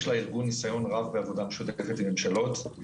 יש לארגון ניסיון רב בעבודה משותפת עם ממשלות מקומיות